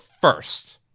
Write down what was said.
first